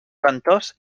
ventós